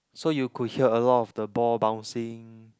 so you could hear a lot of the ball bouncing